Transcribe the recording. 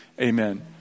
Amen